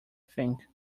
think